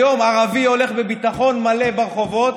היום ערבי הולך בביטחון מלא ברחובות,